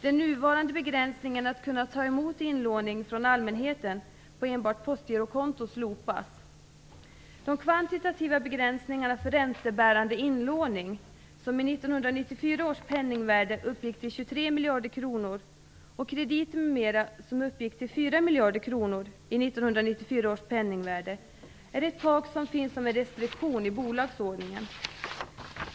Den nuvarande begränsningen att kunna ta emot inlåning från allmänheten på enbart postgirokonto slopas. miljarder kronor i 1994 års penningvärde är ett tak som finns som en restriktion i bolagsordningen.